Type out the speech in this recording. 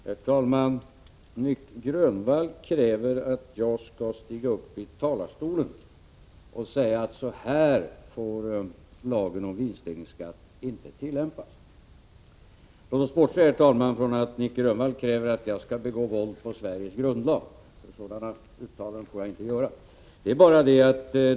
Herr talman! Nic Grönvall kräver att jag skall stiga upp i kammarens talarstol och säga: Så här får lagen om vinstdelningsskatt inte tillämpas. Låt oss bortse, herr talman, från att Nic Grönvall kräver att jag skall begå våld på Sveriges grundlag; sådana uttalanden får jag nämligen inte göra.